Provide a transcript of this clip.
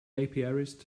apiarist